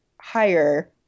higher